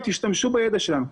תשתמשו בידע שלנו.